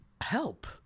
help